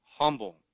humble